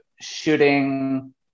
shooting